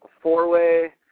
four-way